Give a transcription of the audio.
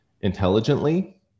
intelligently